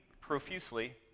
profusely